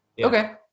Okay